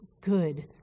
good